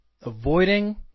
avoiding